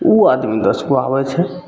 ओ आदमी दस गो आबै छै